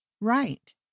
right